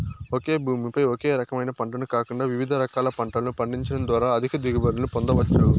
ఒకే భూమి పై ఒకే రకమైన పంటను కాకుండా వివిధ రకాల పంటలను పండించడం ద్వారా అధిక దిగుబడులను పొందవచ్చు